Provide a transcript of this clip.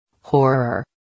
Horror